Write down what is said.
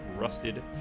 rusted